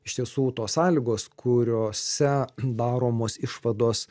iš tiesų tos sąlygos kuriose daromos išvados